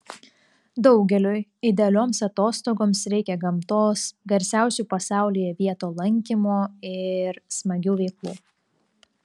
daugeliui idealioms atostogoms reikia gamtos garsiausių pasaulyje vietų lankymo ir smagių veiklų